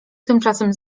tymczasem